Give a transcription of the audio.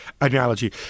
analogy